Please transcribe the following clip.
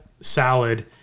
salad